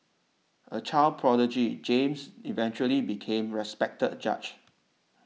a child prodigy James eventually became respected judge